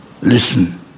listen